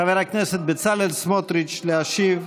חבר הכנסת בצלאל סמוטריץ, להשיב,